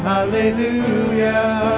Hallelujah